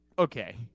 Okay